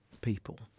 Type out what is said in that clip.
people